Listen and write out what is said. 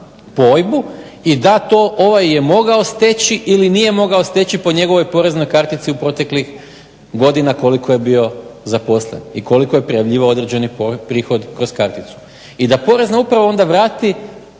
OIB-u i da to ovaj je mogao steći ili nije mogao steći po njegovoj poreznoj kartici u proteklih godina koliko je bio zaposlen i koliko je prijavljivao određeni prihod kroz karticu. I da porezna uprava onda vrati